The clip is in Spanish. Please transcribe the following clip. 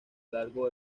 largo